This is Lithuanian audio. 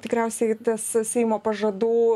tikriausiai tas seimo pažadų